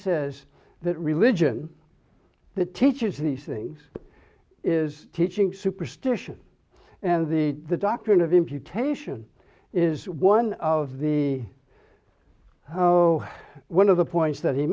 says that religion that teaches these things is teaching superstition and the the doctrine of imputation is one of the so one of the points that he